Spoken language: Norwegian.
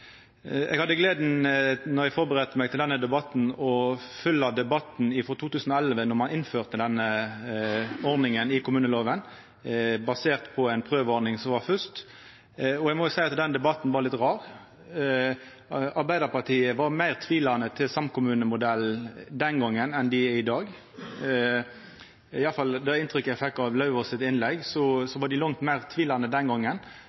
Eg hadde gleda av – då eg førebudde meg til denne debatten – å følgja debatten frå 2011, då ein innførte denne ordninga i kommuneloven, basert først på ei prøveordning. Eg må seia at den debatten var litt rar. Arbeidarpartiet var meir tvilande til samkommunemodellen den gongen enn dei er i dag – iallfall ut frå det inntrykket eg fekk av innlegget frå Lauvås, var dei langt meir tvilande den gongen.